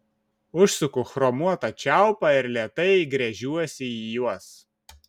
užsuku chromuotą čiaupą ir lėtai gręžiuosi į juos